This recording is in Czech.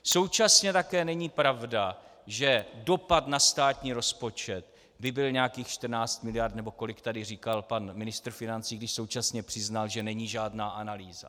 Současně také není pravda, že dopad na státní rozpočet by byl nějakých 14 mld., nebo kolik tady říkal pan ministr financí, když současně přiznal, že není žádná analýza.